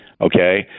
Okay